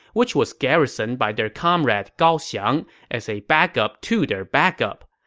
which was garrisoned by their comrade gao xiang as a backup to their backup.